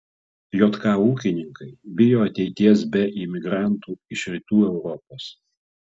jk ūkininkai bijo ateities be imigrantų iš rytų europos